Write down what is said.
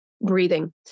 breathing